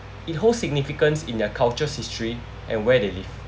it holds significance in their cultures history and where they live